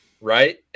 Right